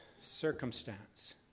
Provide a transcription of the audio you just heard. circumstance